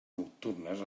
nocturnes